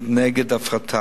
נגד, נגד הפרטה.